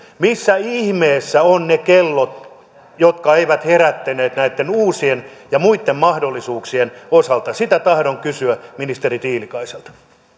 missä ihmeessä ovat ne kellot jotka eivät herättäneet näitten uusien ja muitten mahdollisuuksien osalta sitä tahdon kysyä ministeri tiilikaiselta